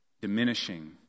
diminishing